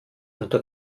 unter